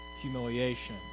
humiliation